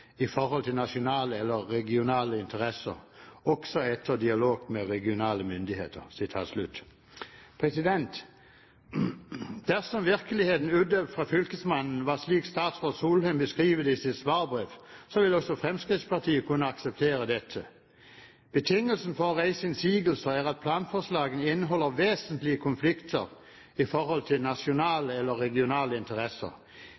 i forhold til nasjonale eller regionale interesser også etter dialog med regionale myndigheter.» Dersom virkeligheten utøvd fra fylkesmannen var slik som statsråd Solheim beskriver det i sitt svarbrev, ville også Fremskrittspartiet kunne akseptere dette. Betingelsen for å reise innsigelser er at planforslagene inneholder vesentlige konflikter i forhold til